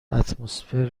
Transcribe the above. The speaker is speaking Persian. اتمسفر